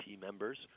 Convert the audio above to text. members